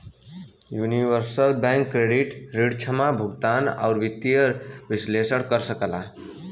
universal bank credit ऋण जमा, भुगतान, आउर वित्तीय विश्लेषण कर सकला